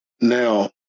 Now